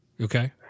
Okay